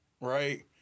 Right